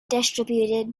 distributed